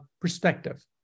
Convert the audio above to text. perspective